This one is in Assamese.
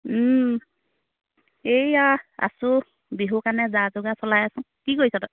এইয়া আছোঁ বিহুৰ কাৰণে যা যোগাৰ চলাই আছোঁ কি কৰিছ তই